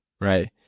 right